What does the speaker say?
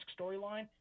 storyline